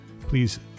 Please